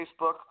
Facebook